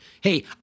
hey